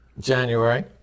January